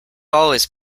always